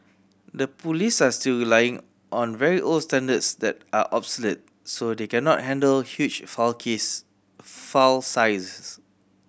the police are still relying on very old standards that are obsolete so they cannot handle huge file case file sizes